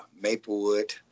Maplewood